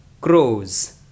crows